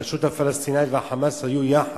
הרשות הפלסטינית ו"חמאס" היו יחד,